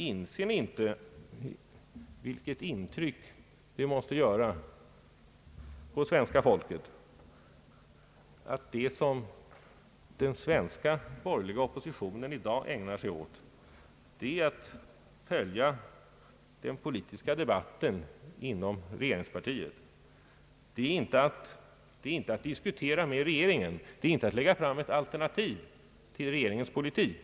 Inser ni inte vilket intryck det måste göra på svenska folket att den svenska borgerligheten i dag ägnar sig åt att följa den politiska debatten inom regeringspartiet och inte åt att angripa regeringen eller lägga fram ett alternativ till regeringens politik?